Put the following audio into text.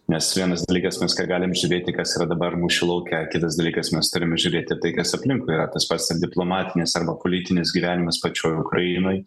nes vienas dalykas mes ką galim žiūrėti kas yra dabar mūšio lauke kitas dalykas mes turim žiūrėti tai kas aplinkui yra tas pats ten diplomatinės arba politinis gyvenimas pačioj ukrainoj